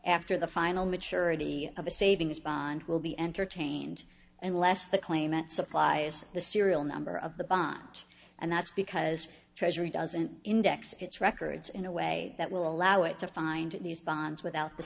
after the final maturity of the savings bond will be entertained unless the claimant supplies the serial number of the bought and that's because treasury doesn't index its records in a way that will allow it to find these bonds without the